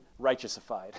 Righteousified